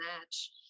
match